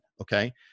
okay